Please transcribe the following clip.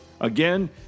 Again